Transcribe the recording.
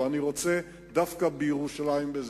או אני רוצה דווקא בירושלים.